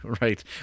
Right